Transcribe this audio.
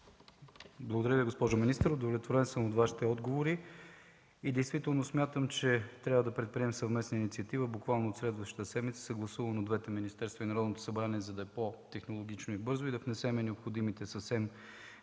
Благодаря, госпожо министър. Удовлетворен съм от Вашите отговори. Смятам, че трябва да предприемем съвместна инициатива буквално от следващата седмица, съгласувано между двете министерства и Народното събрание, за да е по-технологично и бързо и да внесем необходимите съвсем